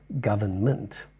government